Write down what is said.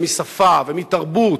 ומשפה ומתרבות,